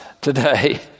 today